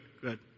good